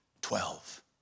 Twelve